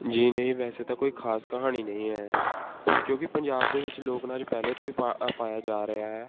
ਜੀ ਨਹੀਂ ਵੈਸੇ ਤਾਂ ਕੋਈ ਖਾਸ ਕਹਾਣੀ ਨਹੀਂ ਹੈ ਕਿਉਂਕਿ ਪੰਜਾਬ ਦੇ ਵਿੱਚ ਲੋਕ ਨਾਚ ਪਹਿਲੇ ਤੋਂ ਹੀ ਪਾ ਪਾਇਆ ਜਾ ਰਿਹਾ ਹੈ